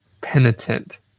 penitent